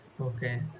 Okay